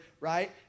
right